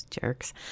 jerks